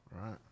Right